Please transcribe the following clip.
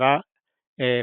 סביבה פנינה.